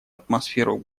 атмосферу